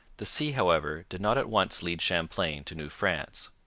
the sea, however, did not at once lead champlain to new france.